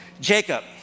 Jacob